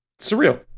Surreal